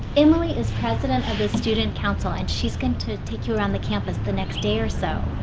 emily is president of the student council, and she's going to take you around the campus the next day or so.